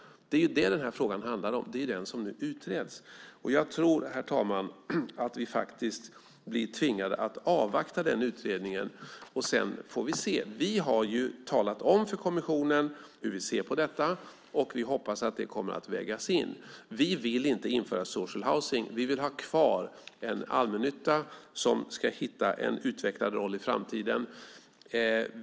Det är det frågan handlar om, och det är det som nu utreds. Jag tror, herr talman, att vi blir tvingade att avvakta den utredningen. Sedan får vi se. Vi har talat om för kommissionen hur vi ser på detta, och vi hoppas att det kommer att vägas in. Vi vill inte införa social housing . Vi vill ha kvar en allmännytta som ska hitta en utvecklad roll i framtiden.